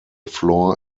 floor